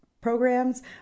programs